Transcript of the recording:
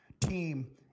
team